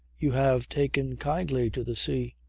you have taken kindly to the sea.